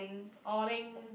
orang